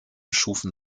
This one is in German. schufen